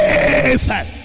Jesus